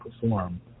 perform